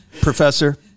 Professor